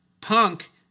punk